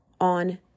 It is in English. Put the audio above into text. on